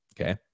okay